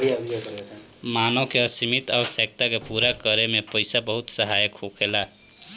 मानव के असीमित आवश्यकता के पूरा करे में पईसा बहुत सहायक होखेला